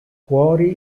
cuori